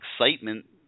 excitement